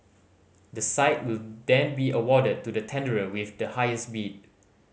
the site will then be awarded to the tenderer with the highest bid